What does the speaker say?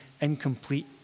incomplete